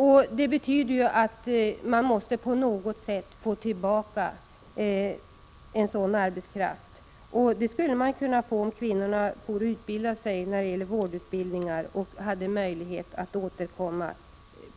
Man har därför stort behov av att få tillbaka utflyttad kvinnlig arbetskraft, och så skulle kunna bli fallet om kvinnor som genomgår vårdutbildning på andra orter visste att de hade möjlighet att återkomma